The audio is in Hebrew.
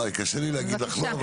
קשה לי להגיד לך לא.